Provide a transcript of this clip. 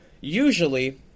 usually